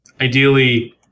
Ideally